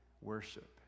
worship